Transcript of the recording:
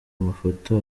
amafoto